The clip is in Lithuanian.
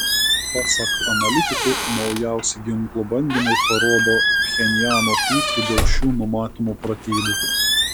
pasak analitikų naujausi ginklų bandymai parodo pchenjano pyktį dėl šių numatomų pratybų